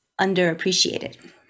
underappreciated